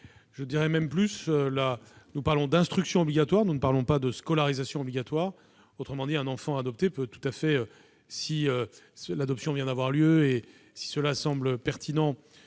J'ajoute que nous parlons d'instruction obligatoire, et non pas de scolarisation obligatoire. Autrement dit, un enfant adopté peut tout à fait, si l'adoption vient d'avoir lieu et si cela semble pertinent,